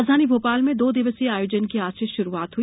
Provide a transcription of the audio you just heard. राजधानी भोपाल में दो दिवसीय आयोजन की आज से शुरूआत हुई